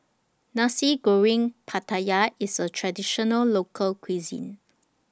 Nasi Goreng Pattaya IS A Traditional Local Cuisine